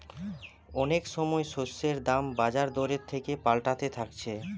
অনেক সময় শস্যের দাম বাজার দরের সাথে পাল্টাতে থাকছে